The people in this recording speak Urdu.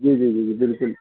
جی جی جی جی بالکل